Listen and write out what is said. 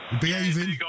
Behaving